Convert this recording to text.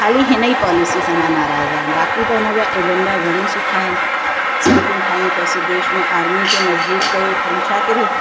ख़ाली हिन ई पॉलिसी सां मां नाराज़ आहियां बाक़ी त उन जा एजेंडा घणेईं सुठा आहिनि सड़कूं ठाहियूं अथसि देश में आर्मी खे मज़बूतु कयो अथनि छा किरियो